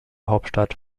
hauptstadt